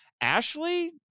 Ashley